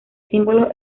símbolos